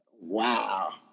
Wow